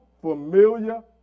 familiar